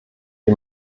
wie